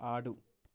ఆడు